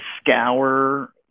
scour